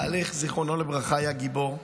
בעלך, זיכרונו לברכה, היה גיבור.